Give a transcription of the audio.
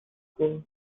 schools